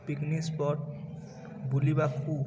picnic spot ବୁଲିବାକୁ